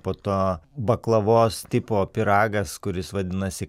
po to baklavos tipo pyragas kuris vadinasi